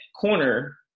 corner